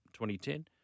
2010